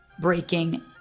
breaking